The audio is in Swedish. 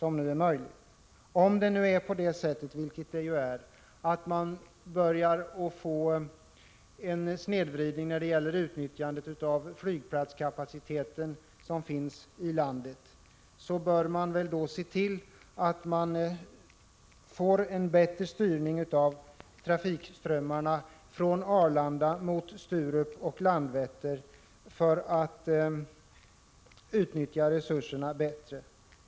Om man, som nu är fallet, börjar få en snedvridning när det gäller utnyttjandet av den flygplatskapacitet som finns i landet, bör man se till att få en bättre styrning av trafikströmmarna från Arlanda mot Sturup och Landvetter för att utnyttja resurserna bättre.